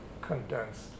condensed